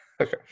Okay